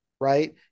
right